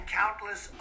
countless